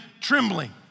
trembling